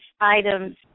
items